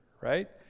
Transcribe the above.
right